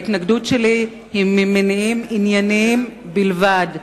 זוהי התנגדות ממניעים ענייניים בלבד.